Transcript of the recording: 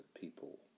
people